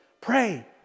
Pray